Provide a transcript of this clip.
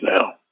now